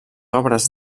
obres